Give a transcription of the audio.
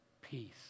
Peace